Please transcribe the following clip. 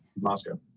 Moscow